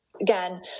again